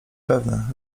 pewny